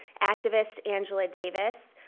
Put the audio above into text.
activist angela davis,